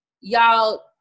y'all